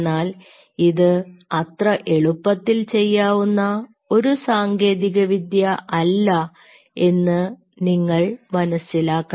എന്നാൽ ഇത് അത്ര എളുപ്പത്തിൽ ചെയ്യാവുന്ന ഒരു സാങ്കേതിക വിദ്യ അല്ല എന്ന് നിങ്ങൾ മനസ്സിലാക്കണം